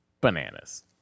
bananas